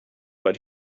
but